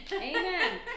Amen